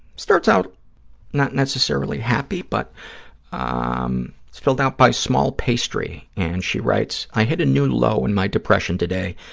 starts out not necessarily happy, but um it's filled out by small pastry, and she writes, i hit a new low in my depression today,